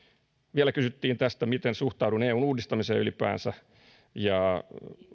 vielä kysyttiin tästä miten suhtaudun eun uudistamiseen ylipäänsä ja